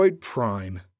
Prime